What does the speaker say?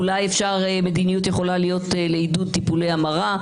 אולי מדיניות יכולה להיות לעידוד טיפולי המרה.